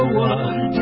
one